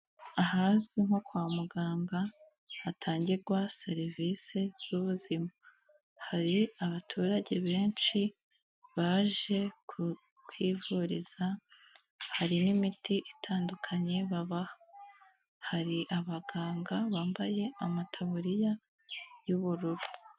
Ahazwi nko kwa muganga hatangirwa serivise z'ubuzima, hari abaturage benshi baje kuhivuriza hari n'imiti itandukanye babaha, hari abaganga bambaye amataburiya y'ubururu.